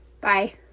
Bye